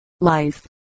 life